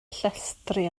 llestri